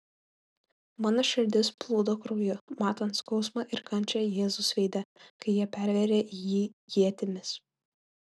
mano širdis plūdo krauju matant skausmą ir kančią jėzaus veide kai jie pervėrė jį ietimis